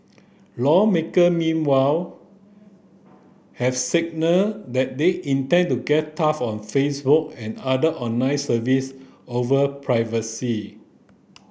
lawmaker meanwhile have signalled that they intend to get tough on Facebook and other online service over privacy